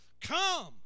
Come